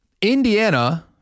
Indiana